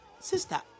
Sister